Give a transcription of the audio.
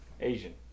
Asian